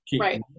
Right